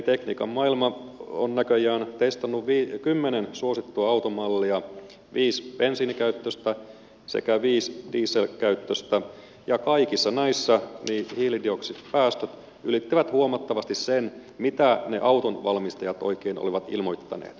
tekniikan maailma on näköjään testannut kymmenen suosittua automallia viisi bensiinikäyttöistä sekä viisi dieselkäyttöistä ja kaikissa näissä hiilidioksidipäästöt ylittävät huomattavasti sen mitä ne autonvalmistajat oikein olivat ilmoittaneet